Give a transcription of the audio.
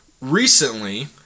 recently